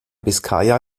biskaya